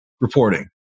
reporting